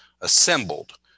assembled